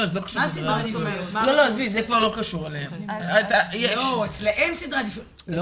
לא, זה לא קשור לסדרי עדיפויות.